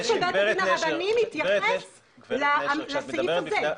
לא, הסעיף של בית הדין הרבני מתייחס לסעיף הזה.